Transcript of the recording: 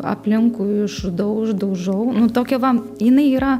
aplinkui žudau uždaužau nu tokia va jinai yra